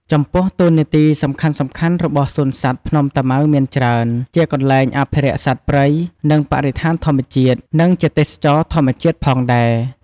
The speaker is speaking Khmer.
ចំពោះ តួនាទីសំខាន់ៗរបស់សួនសត្វភ្នំតាម៉ៅមានច្រើន ជាកន្លែងអភិរក្សសត្វព្រៃ និងបរិស្ថានធម្មជាតិ និងជាទេសចរណ៍ធម្មជាតិផងដែរ។